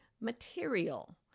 material